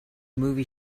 movie